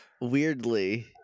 weirdly